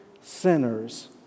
sinners